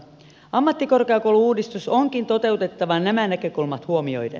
ammattikorkeakoulu uudistus onkin toteutettava nämä näkökulmat huomioiden